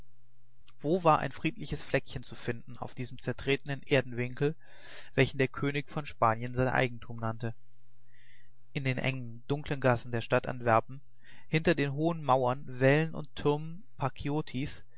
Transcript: wo war ein friedliches fleckchen zu finden auf diesem zertretenen erdenwinkel welchen der könig von spanien sein eigentum nannte in den engen dunkeln gassen der stadt antwerpen hinter den hohen mauern wällen und türmen